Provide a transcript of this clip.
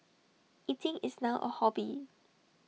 eating is now A hobby